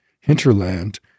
hinterland